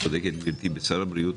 צודקת גברתי, זה שר הבריאות.